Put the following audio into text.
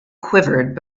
quivered